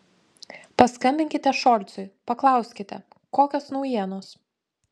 paskambinkite šolcui paklauskite kokios naujienos